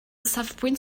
safbwynt